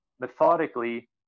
methodically